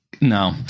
no